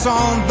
on